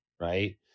right